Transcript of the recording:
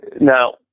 Now